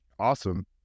Awesome